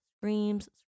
screams